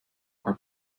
are